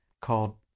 called